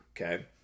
okay